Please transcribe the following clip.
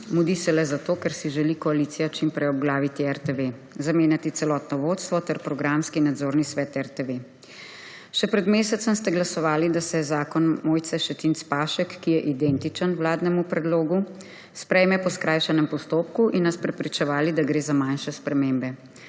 Mudi se le zato, ker si želi koalicija čim prej obglaviti RTV, zamenjati celotno vodstvo ter programski in nadzorni svet RTV. Še pred mesecem ste glasovali, da se zakon Mojce Šetinc Pašek, ki je identičen vladnemu predlogu, sprejme po skrajšanem postopku in nas prepričevali, da gre za manjše spremembe.